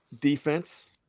defense